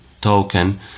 token